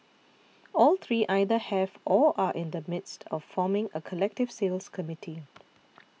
all three either have or are in the midst of forming a collective sales committee